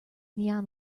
neon